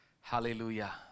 hallelujah